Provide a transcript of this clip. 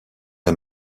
est